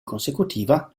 consecutiva